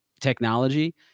technology